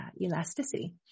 elasticity